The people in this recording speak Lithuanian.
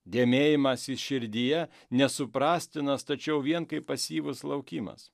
dėmėjimasis širdyje nesuprastinas tačiau vien kaip pasyvus laukimas